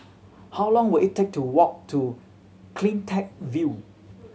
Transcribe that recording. how long will it take to walk to Cleantech View